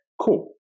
cool